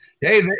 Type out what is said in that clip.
Hey